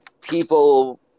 people